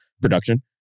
production